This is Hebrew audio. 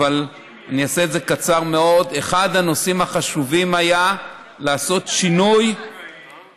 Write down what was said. אני אעשה את זה קצר מאוד: אחד הנושאים החשובים היה לעשות שינוי בתפיסה.